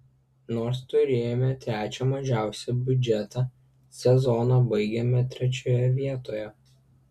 nors turėjome trečią mažiausią biudžetą sezoną baigėme trečioje vietoje